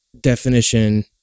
definition